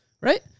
Right